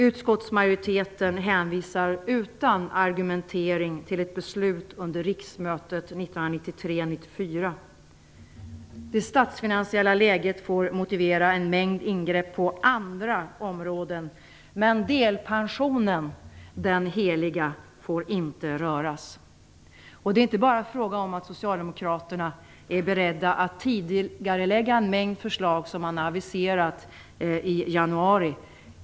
Utskottsmajoriteten hänvisar utan argumentering till ett beslut under riksmötet 1993/94. Det statsfinansiella läget får motivera en mängd ingrepp på andra områden, men delpensionen - den heliga - får inte röras. Det är inte bara fråga om att socialdemokraterna är beredda att tidigarelägga en mängd förslag som man har aviserat i januari.